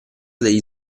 degli